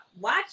watch